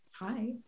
Hi